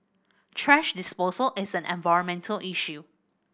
thrash disposal is an environmental issue